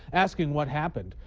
asking what happened.